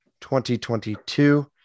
2022